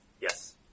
Yes